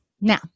now